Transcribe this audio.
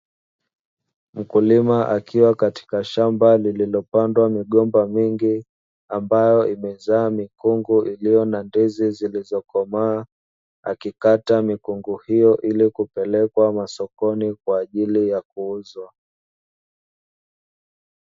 Mkulima akiwa katika shamba lililopandwa migomba mingi ambayo imezaa mikungu iliyo na ndizi nyingi iliyokomaa, akikata mikungu hiyo ilikupeleka masokoni kwa ajili ya kuuzwa.